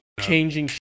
changing